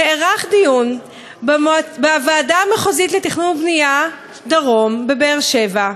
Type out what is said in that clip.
נערך דיון בוועדה המחוזית לתכנון ובנייה דרום בבאר-שבע,